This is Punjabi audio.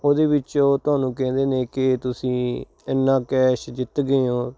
ਉਹਦੇ ਵਿੱਚ ਉਹ ਤੁਹਾਨੂੰ ਕਹਿੰਦੇ ਨੇ ਕਿ ਤੁਸੀਂ ਇੰਨਾ ਕੈਸ਼ ਜਿੱਤ ਗਏ ਓਂ